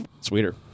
sweeter